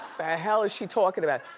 hell is she talking about.